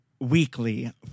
weekly